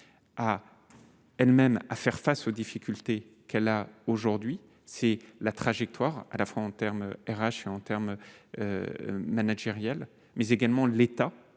à elle-même, à faire face aux difficultés qu'elle a aujourd'hui c'est la trajectoire à la fois en termes RH et en terme managérial, mais également l'État